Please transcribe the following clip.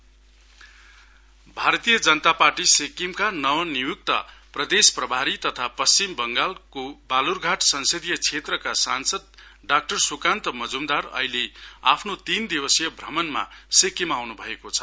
BJP Bharatiya Janata Party सिक्किमका नव नियुक्त प्रदेश प्रभारी तथा पश्चिम बंगालको बालुरघाट संसदीय क्षेत्रका सांसद डाक्टर सुकान्त मजुमदार अहिले आफ्नो तीन दिवसीय भ्रमणमा सिक्किम आउनु भएको छ